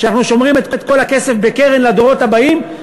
אנחנו שומרים את כל הכסף בקרן לדורות הבאים.